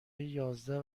یازده